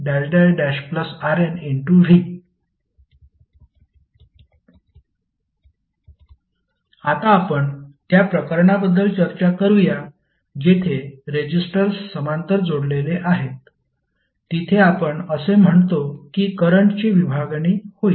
मग vnRnR1R2Rnv आता आपण त्या प्रकरणाबद्दल चर्चा करूया जेथे रेजिस्टर्स समांतर जोडलेले आहेत तिथे आपण असे म्हणतो की करंटची विभागनी होईल